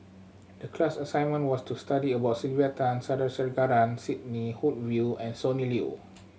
the class assignment was to study about Sylvia Tan Sandrasegaran Sidney Woodhull and Sonny Liew